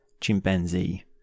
chimpanzee